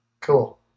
Cool